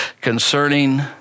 concerning